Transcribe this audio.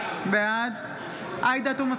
בעד עאידה תומא סלימאן,